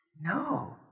No